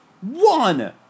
One